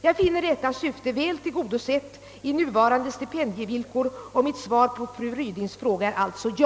Jag finner detta syfte väl tillgodosett i nuvarande stipendievillkor och mitt svar på fru Rydings fråga är alltså ja.